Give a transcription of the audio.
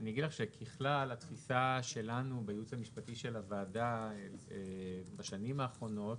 ככלל התפיסה שלנו בייעוץ המשפטי של הוועדה בשנים האחרונות